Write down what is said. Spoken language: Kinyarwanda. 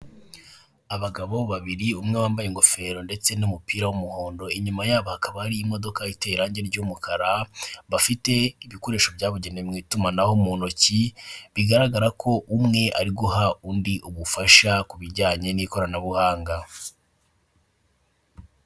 Abagabo babiri umwe wambaye ingofero ndetse n'umupira w'umuhondo, inyuma yabo hakaba hari imodoka iteye irangi ry'umukara bafite ibikoresho byabugenewe mu itumanaho mu ntoki bigaragara ko umwe ari guha undi ubufasha ku bijyanye n'ikoranabuhanga.